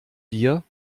dir